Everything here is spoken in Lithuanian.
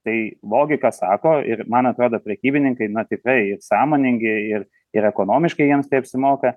tai logika sako ir man atrodo prekybininkai na tikrai sąmoningi ir ir ekonomiškai jiems tai apsimoka